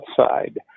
outside